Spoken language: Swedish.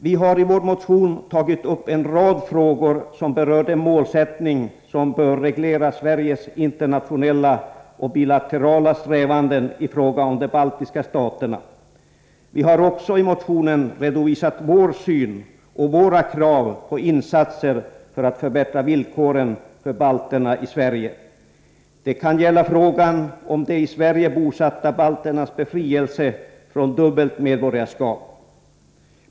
Vi har i vår motion tagit upp en rad frågor som berör den målsättning som bör reglera Sveriges internationella och bilaterala strävanden i fråga om de baltiska staterna. Vi har också i motionen redovisat vår syn och våra krav på insatser för att förbättra villkoren för balterna i Sverige. Det kan gälla frågan om de i Sverige bosatta balternas befrielse från dubbelt medborgarskap.